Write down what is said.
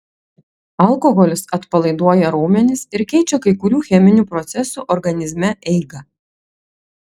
alkoholis atpalaiduoja raumenis ir keičia kai kurių cheminių procesų organizme eigą